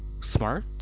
smart